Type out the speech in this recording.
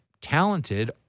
talented